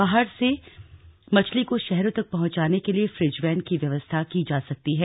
पहाड़ से मछली को शहरों तक पहुंचाने के लिए फ्रिज वैन की व्यवस्था की जा सकती है